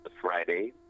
friday